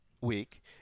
week